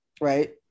Right